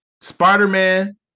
Spider-Man